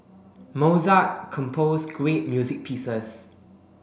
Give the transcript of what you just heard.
Mozart compose great music pieces